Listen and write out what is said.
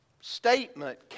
statement